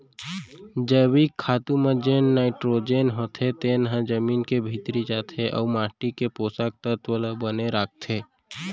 जैविक खातू म जेन नाइटरोजन होथे तेन ह जमीन के भीतरी जाथे अउ माटी के पोसक तत्व ल बने राखथे